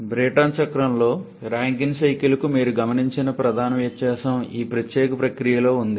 Brayton చక్రంతో Rankine సైకిల్కు మీకు గమనించిన ప్రధాన వ్యత్యాసం ఈ ప్రత్యేక ప్రక్రియలో ఉంది